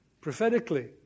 prophetically